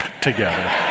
together